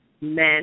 men